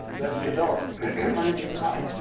that develop underneath the eye.